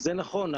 זה נכון.